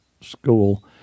school